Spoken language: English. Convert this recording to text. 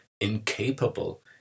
incapable